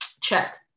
Check